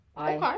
Okay